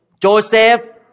Joseph